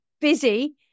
busy